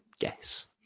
guess